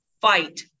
fight